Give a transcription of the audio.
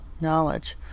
knowledge